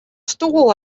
stoel